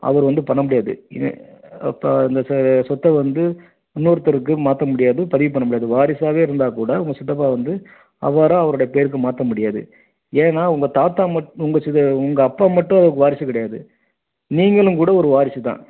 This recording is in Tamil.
அவர் வந்து பண்ண முடியாது இனி அப்போ இந்த சொத்தை வந்து இன்னொருத்தருக்கு மாற்ற முடியாது பதிவு பண்ண முடியாது வாரிசாகவே இருந்தால் கூட உங்கள் சித்தப்பா வந்து அவராக அவரோட பேருக்கு மாற்ற முடியாது ஏன்னா உங்கள் தாத்தா மட் உங்கள் சித்த உங்கள் அப்பா மட்டும் அவருக்கு வாரிசு கிடையாது நீங்களும் கூட ஒரு வாரிசு தான்